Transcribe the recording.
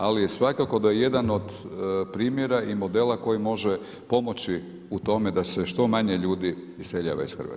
Ali je svakako da je jedan od primjera i modela koji može pomoći u tome da se što manje ljudi iseljava iz Hrvatske.